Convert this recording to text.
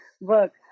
work